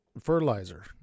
fertilizer